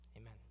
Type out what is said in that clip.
Amen